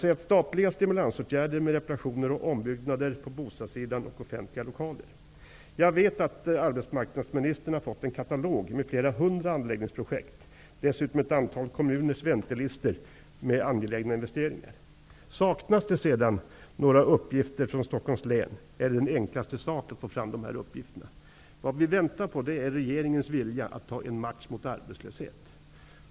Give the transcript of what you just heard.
Man krävde statliga stimulansåtgärder med reparationer och ombyggnader på bostadssidan och när det gäller offentliga lokaler. Jag vet att arbetsmarknadsministern har fått en katalog med flera hundra anläggningsprojekt och dessutom ett antal kommuners väntelistor med angelägna investeringar. Saknas det några uppgifter från Stockholms län är det den enklaste sak att få fram dessa uppgifter. Vad vi väntar på är regeringens vilja att ta en match mot arbetslöshet.